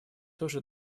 тоже